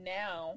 now